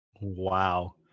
Wow